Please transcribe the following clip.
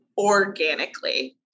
organically